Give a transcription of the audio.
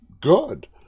good